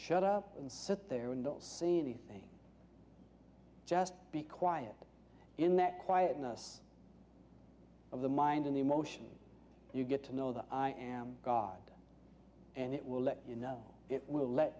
shut up and sit there and don't see anything just be quiet in that quietness of the mind in the emotion you get to know that i am god and it will let you know it will let